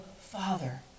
Father